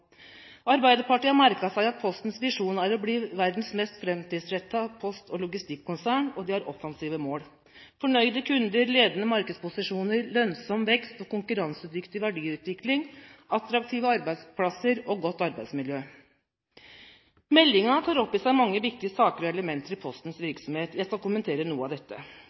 Arbeiderpartiet har merket seg at Postens visjon er å bli verdens mest framtidsrettede post- og logistikkonsern, og de har offensive mål: fornøyde kunder, ledende markedsposisjoner, lønnsom vekst og konkurransedyktig verdiutvikling, attraktive arbeidsplasser og godt arbeidsmiljø. Meldingen tar opp i seg mange viktige saker og elementer i Postens virksomhet. Jeg skal kommentere noe av dette.